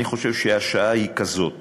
אני חושב שהשעה היא כזאת